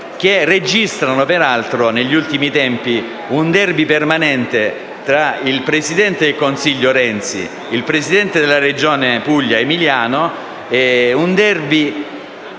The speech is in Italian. Si registra peraltro negli ultimi tempi un *derby* permanente tra il presidente del Consiglio Renzi e il presidente della Regione Puglia Emiliano: un *derby* sterile e